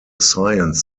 science